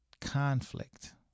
conflict